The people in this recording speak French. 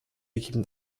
équipes